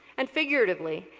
and figuratively,